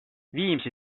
viimsi